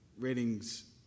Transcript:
ratings